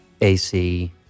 AC